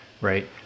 right